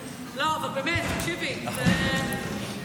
ככה זה דרומים.